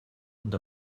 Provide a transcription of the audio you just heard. und